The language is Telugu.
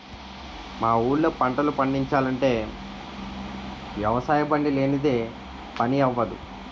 మా ఊళ్ళో పంటలు పండిచాలంటే వ్యవసాయబండి లేనిదే పని అవ్వదు